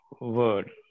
word